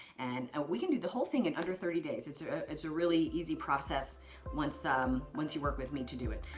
and ah we can do the whole thing in under thirty days. it's it's a really easy process once um once you work with me to do it.